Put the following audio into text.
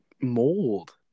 mold